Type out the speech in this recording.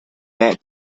that